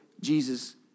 Jesus